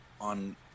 on